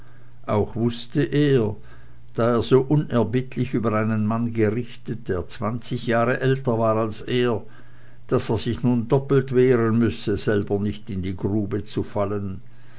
auch wußte er da er so unerbittlich über einen mann gerichtet der zwanzig jahre älter war als er daß er sich nun doppelt wehren müsse selber nicht in die grube zu fallen